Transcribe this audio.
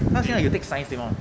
他是要 take science 对吗